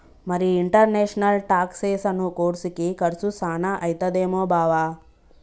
మరి ఇంటర్నేషనల్ టాక్సెసను కోర్సుకి కర్సు సాన అయితదేమో బావా